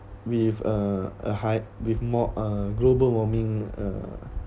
with uh a high with more uh global warming uh